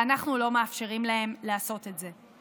ואנחנו לא מאפשרים להם לעשות את זה.